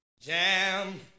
Jam